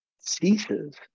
ceases